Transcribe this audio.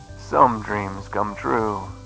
some dreams come true.